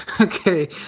okay